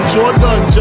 Jordan